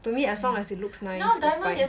to me as long as it looks nice it's fine